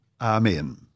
Amen